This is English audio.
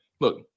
look